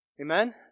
Amen